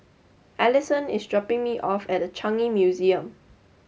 Allisson is dropping me off at The Changi Museum